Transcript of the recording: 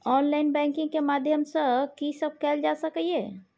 Online banking के माध्यम सं की सब कैल जा सके ये?